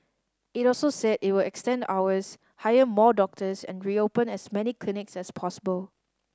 it also said it will extend hours hire more doctors and reopen as many clinics as possible